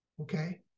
okay